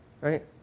right